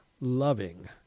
loving